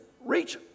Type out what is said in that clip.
reach